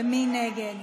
ומי נגד?